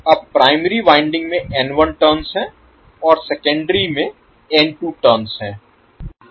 अब primary winding में N1 turns हैं और सेकेंडरी में N2 टर्न्स हैं